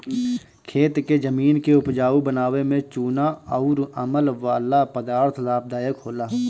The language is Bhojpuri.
खेत के जमीन के उपजाऊ बनावे में चूना अउर अमल वाला पदार्थ लाभदायक होला